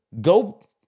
go